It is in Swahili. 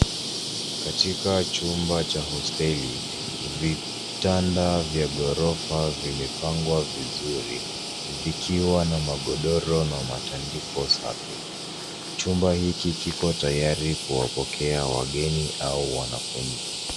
Katika jumba cha hosteli vitanda vya gorofa vimepangwa vizuri, vikiwa na magorodoro na matandiko safi. Jumba hiki kiko tayari kuwapokea wangeni au wanafunzi.